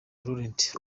laurent